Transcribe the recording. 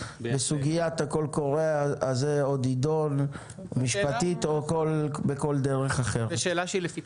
וסוגיית הקול הקורא הזה עוד תידון משפטית או בכל דרך אחרת.